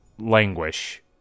languish